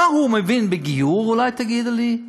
מה הוא מבין בגיור, אולי תגידי לי?